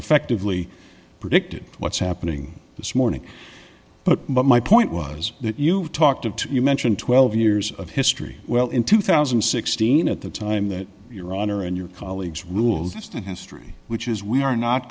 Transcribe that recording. effectively predicted what's happening this morning but but my point was that you talked of two you mentioned twelve years of history well in two thousand and sixteen at the time that your honor and your colleagues rules just in history which is we are not